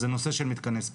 זה נושא של מתקני ספורט,